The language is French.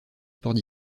sports